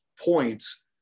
points